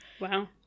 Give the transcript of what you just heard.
Wow